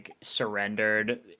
surrendered